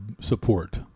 support